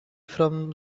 from